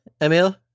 Emil